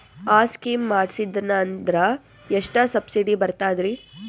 ಆ ಸ್ಕೀಮ ಮಾಡ್ಸೀದ್ನಂದರ ಎಷ್ಟ ಸಬ್ಸಿಡಿ ಬರ್ತಾದ್ರೀ?